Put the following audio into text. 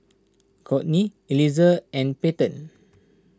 Kourtney Eliezer and Payten